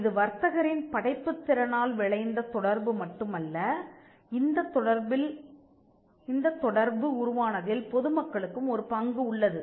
இது வர்த்தகரின் படைப்புத் திறனால் விளைந்த தொடர்பு மட்டுமல்ல இந்தத் தொடர்பு உருவானதில் பொதுமக்களுக்கும் ஒரு பங்கு உள்ளது